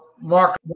Mark